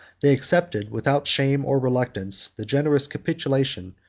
they accepted, without shame or reluctance, the generous capitulation,